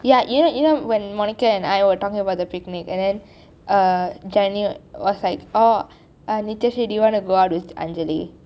ya you know you know when monica and I were talking about the picnic and then janani was like nityashree was like do you want to go out with anjali